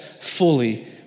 fully